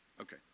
Okay